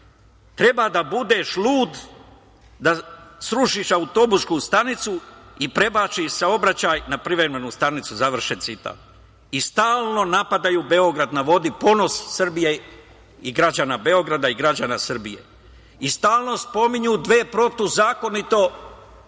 „Treba da budeš lud da srušiš autobusku stanicu i prebaciš saobraćaj na privremenu stanicu“, završen citat. I stalno napadaju „Beograd na vodi“, ponos Srbije i građana Beograda i građana Srbije. Stalno spominju dve protivzakonito kuće